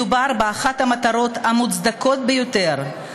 מדובר באחת המטרות המוצדקות ביותר,